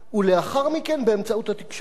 ולאחר מכן באמצעות התקשורת.